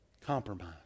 Compromise